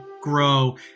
grow